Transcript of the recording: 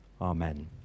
amen